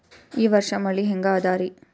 ಈ ವರ್ಷ ಮಳಿ ಹೆಂಗ ಅದಾರಿ?